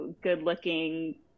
good-looking